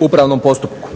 upravnom postupku .